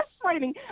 frustrating